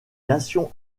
nations